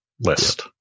list